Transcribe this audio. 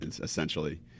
essentially